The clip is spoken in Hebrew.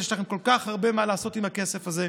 יש לכם כל כך הרבה מה לעשות עם הכסף הזה.